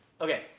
okay